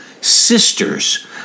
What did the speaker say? sisters